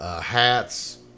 hats